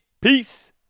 Peace